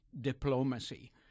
diplomacy